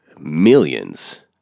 millions